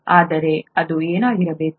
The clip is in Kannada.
ಹಾಗಾದರೆ ಅದು ಏನಾಗಿರಬಹುದು